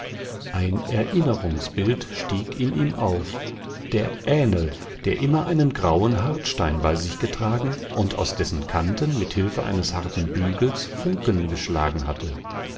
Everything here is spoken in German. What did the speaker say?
ein erinnerungsbild stieg in ihm auf der ähnl der immer einen grauen hartstein bei sich getragen und aus dessen kanten mit hilfe eines harten bügels funken geschlagen hatte